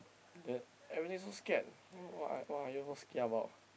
that everything so scared what are what are you most kia about